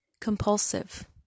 Compulsive